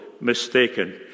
mistaken